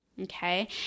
okay